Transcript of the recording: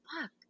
fuck